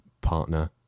partner